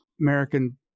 American